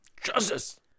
Justice